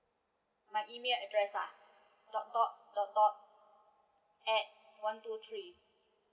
my emil address ah dot dot dot dot at one two three